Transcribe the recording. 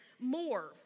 more